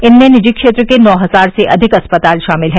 इनमें निजी क्षेत्र के नौ हजार से अधिक अस्पताल शामिल हैं